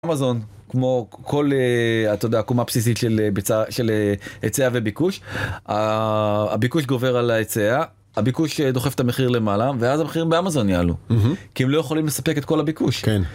אמזון, כמו כל, אתה יודע, העקומה בסיסית של הצע וביקוש, הביקוש גובר על ההצע, הביקוש דוחף את המחיר למעלה, ואז המחירים באמזון יעלו, כי הם לא יכולים לספק את כל הביקוש.